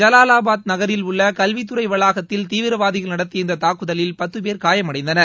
ஜலாலாபாத் நகரில் உள்ள கல்வித்துறை வளாகத்தில் தீவிரவாதிகள் நடத்திய இந்த தாக்குதலில் பத்துபேர் காயமடைந்தனர்